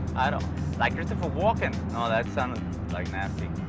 i don't like christopher walken. oh, that sounded like nasty.